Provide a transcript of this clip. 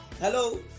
hello